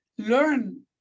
learn